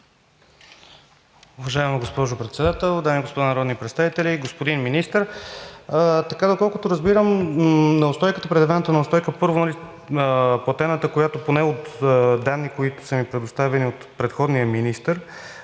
Уважаема госпожо Председател, дами и господа народни представители! Господин Министър, доколкото разбирам, предявената неустойка, първо, платената, която поне от данни, които са ми предоставени от предходния министър,